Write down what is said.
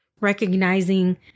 Recognizing